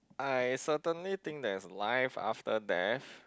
I certainly think there's life after death